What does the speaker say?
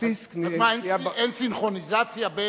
אז מה, אין סינכרוניזציה?